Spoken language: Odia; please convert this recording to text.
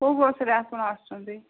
କୋଉ ବସ୍ରେ ଆପଣ ଆସୁଛନ୍ତି